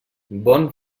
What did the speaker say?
bon